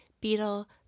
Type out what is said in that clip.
beetle